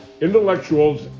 Intellectuals